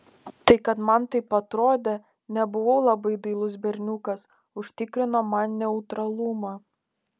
tai kad man taip atrodė nebuvau labai dailus berniukas užtikrino man neutralumą